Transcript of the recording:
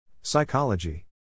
Psychology